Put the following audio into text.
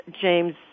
James